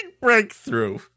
breakthrough